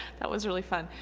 that was really fun.